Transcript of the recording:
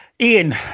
Ian